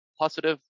positive